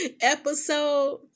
episode